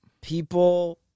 people